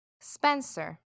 Spencer